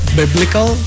biblical